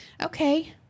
okay